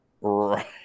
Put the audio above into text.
Right